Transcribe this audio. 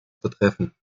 betreffen